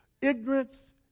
ignorance